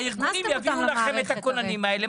הארגונים יביאו לכם את הכוננים האלה,